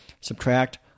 subtract